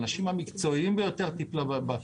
האנשים המקצועיים ביותר טיפלו בזה.